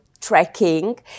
tracking